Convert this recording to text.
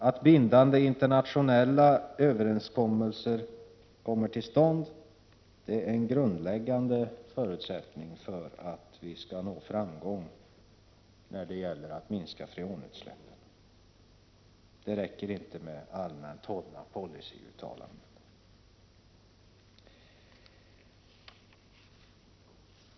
Att bindande internationella överenskommelser kommer till stånd är en grundläggande förutsättning för att vi skall nå framgång när det gäller att minska freonutsläppen. Det räcker inte med allmänt hållna policy-uttalanden.